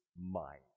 mind